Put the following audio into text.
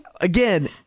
again